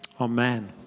Amen